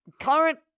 current